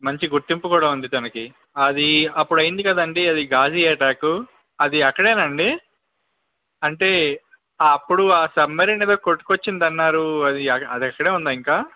మంచి గుర్తింపు కూడా ఉంది దానికి అది అప్పుడు అయింది కదండి అది ఘాజి అటాక్కు అది అక్కడేనా అండి అంటే అప్పుడు ఆ సబ్మెరీన్ ఏదో కొట్టుకు వచ్చింది అన్నారు అది అక్కడే ఉందా ఇంకా